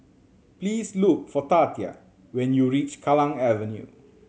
please look for Tatia when you reach Kallang Avenue